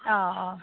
অঁ অঁ